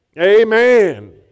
Amen